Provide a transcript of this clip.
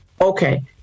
Okay